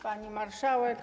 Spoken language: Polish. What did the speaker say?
Pani Marszałek!